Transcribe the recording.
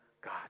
God